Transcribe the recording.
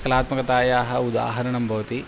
कलात्मकतायाः उदाहरणं भवति